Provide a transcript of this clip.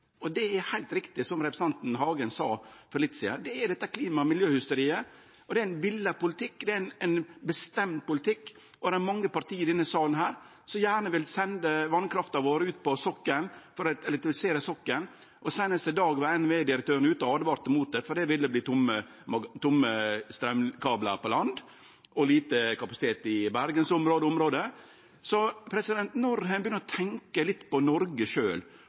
Og det er, som representanten Hagen heilt riktig sa for litt sidan, klima- og miljøhysteriet, og det er ein villa og bestemt politikk. Det er mange parti i denne salen som gjerne vil sende vasskrafta vår ut på sokkelen for å elektrifisere han. Seinast i dag var NVE-direktøren ute og åtvara mot det, for det ville verte tomme straumkablar på land og lite kapasitet i Bergensområdet. Vi må begynne å tenkje litt på